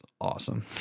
awesome